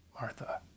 Martha